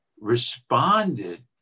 responded